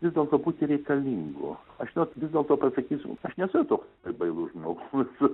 vis dėlto būti reikalingu žinot vis dėlto pasakysiu aš nesu jau toks bailus žmogus